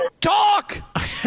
talk